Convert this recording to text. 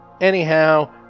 Anyhow